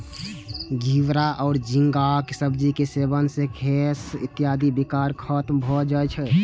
घिवरा या झींगाक सब्जी के सेवन सं गैस इत्यादिक विकार खत्म भए जाए छै